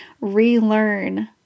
relearn